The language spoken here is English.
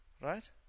right